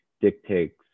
dictates